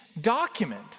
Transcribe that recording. document